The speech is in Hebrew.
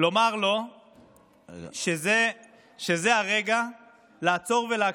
לומר שזה הרגע לעצור ולהקשיב.